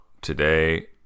today